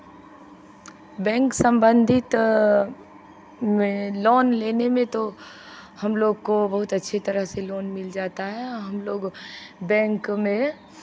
bank संबंधित में loan लेने में तो हम लोग को बहुत अच्छी तरह से लोन मिल जाता है हम लोग बैंक में